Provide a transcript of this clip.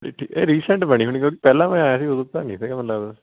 ਠੀਕ ਐ ਰਿਸੈਂਟ ਬਣੀ ਹੋਣੀ ਹੁਣ ਪਹਿਲਾਂ ਮੈਂ ਆਇਆ ਸੀ ਓਦੋਂ ਤਾਂ ਨੀ ਸੀਗਾ ਮੈਨੂੰ ਲੱਗਦਾ